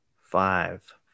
Five